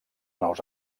nous